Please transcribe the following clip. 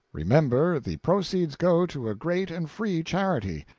remember, the proceeds go to a great and free charity,